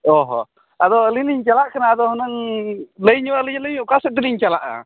ᱚ ᱦᱚᱸ ᱟᱫᱚ ᱟᱹᱞᱤᱧ ᱞᱤᱧ ᱪᱟᱞᱟᱜ ᱠᱟᱱᱟ ᱟᱫᱚ ᱦᱩᱱᱟᱹᱝ ᱞᱟᱹᱭ ᱧᱚᱜ ᱟᱹᱞᱤᱧ ᱟᱹᱞᱤᱧ ᱚᱠᱟ ᱥᱮᱫ ᱛᱮᱞᱤᱧ ᱪᱟᱞᱟᱜᱼᱟ